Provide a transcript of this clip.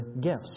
gifts